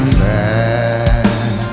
back